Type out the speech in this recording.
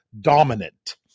dominant